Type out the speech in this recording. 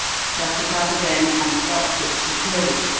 shut it up again and locked it securely,